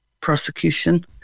prosecution